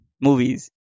movies